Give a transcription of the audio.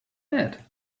that